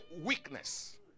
weakness